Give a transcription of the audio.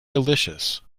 delicious